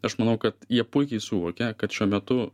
aš manau kad jie puikiai suvokia kad šiuo metu